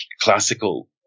classical